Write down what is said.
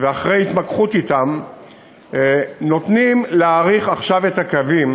ואחרי התמקחות אתם נותנים להאריך עכשיו את הקווים